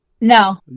No